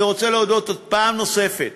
אני רוצה להודות פעם נוספת